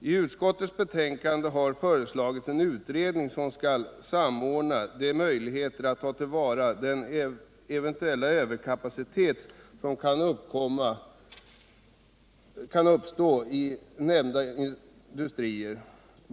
I utskottets skrivning föreslås tillsättandet av en utredning, som skall samordna de möjligheter att ta till vara den eventuella överkapacitet som kan uppstå i vissa industrier.